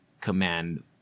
command